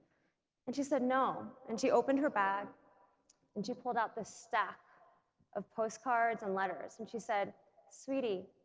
and she said no and she opened her bag and she pulled out this stack of postcards and letters and she said sweetie,